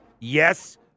Yes